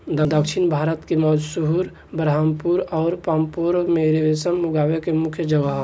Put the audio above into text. दक्षिण भारत के मैसूर, बरहामपुर अउर पांपोर में रेशम उगावे के मुख्या जगह ह